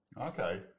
Okay